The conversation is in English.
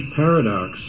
paradox